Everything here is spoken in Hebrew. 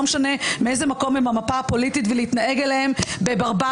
משנה מאיזה מקום הם במפה הפוליטית להתנהג אליהם בברבריות,